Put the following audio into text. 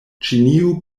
ĉinio